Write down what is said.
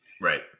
Right